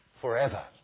forever